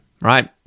right